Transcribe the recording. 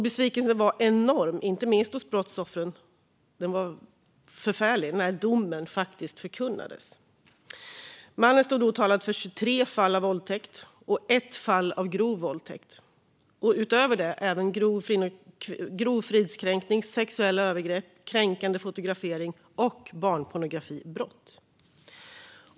Besvikelsen var enorm, inte minst hos brottsoffren, när domen förkunnades. Det var förfärligt. Mannen stod åtalad för 23 fall av våldtäkt och ett fall av grov våldtäkt. Utöver detta var det fråga om grov fridskränkning, sexuella övergrepp, kränkande fotografering och barnpornografibrott.